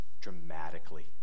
dramatically